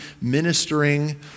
ministering